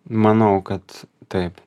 manau kad taip